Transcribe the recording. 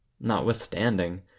Notwithstanding